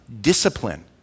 discipline